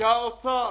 שמשרד האוצר